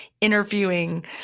interviewing